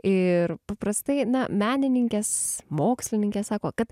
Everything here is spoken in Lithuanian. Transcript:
ir paprastai na menininkės mokslininkės sako kad